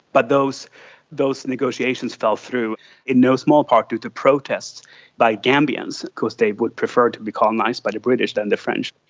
but those those negotiations fell through in no small part due to protests by gambians. of course they would prefer to be colonised by the british than the french.